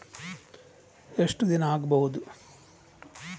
ಎಷ್ಟು ದಿನ ಆಗ್ಬಹುದು?